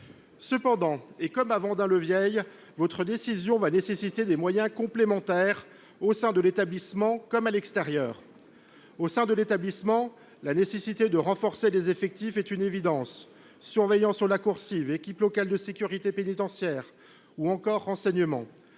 le cas pour Vendin le Vieil, votre décision nécessitera des moyens complémentaires, au sein de l’établissement comme à l’extérieur. Au sein de l’établissement, la nécessité de renforcer les effectifs est une évidence. Surveillants sur la coursive, équipe locale de sécurité pénitentiaire ou encore renseignement